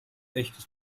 echtes